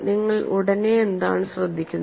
നിങ്ങൾ ഉടനെ എന്താണ് ശ്രദ്ധിക്കുന്നത്